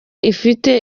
ifite